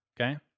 Okay